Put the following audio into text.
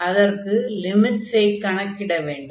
அதற்கு லிமிட்ஸை கணக்கிட வேண்டும்